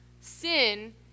sin